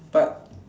but